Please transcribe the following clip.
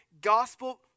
gospel